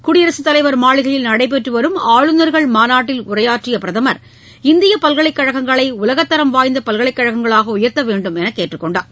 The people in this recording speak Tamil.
குடியரசுத் தலைவர் மாளிகையில் நடைபெற்று வரும் ஆளுநர்கள் மாநாட்டில் உரையாற்றிய பிரதமர் இந்திய பல்கலைக்கழகங்களை உலகத்தரம் வாய்ந்த பல்கலைக்கழகங்களாக உயர்த்த வேன்டும் என்று கேட்டுக் கொண்டார்